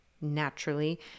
naturally